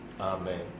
Amen